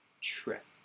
Trip